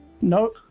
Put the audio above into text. no